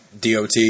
DOT